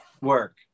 Work